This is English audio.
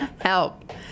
help